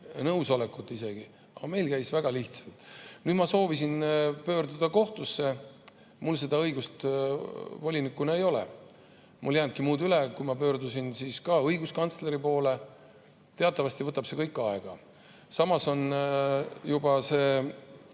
nõusolekut, aga meil käis väga lihtsalt. Nüüd ma soovisin pöörduda kohtusse, aga mul seda õigust volinikuna ei ole. Mul ei jäänudki muud üle, kui ma pöördusin õiguskantsleri poole. Teatavasti võtab see kõik aega. Samas on see